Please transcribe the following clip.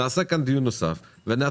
נקיים כאן דיון נוסף ונעדכן,